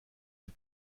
des